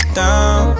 down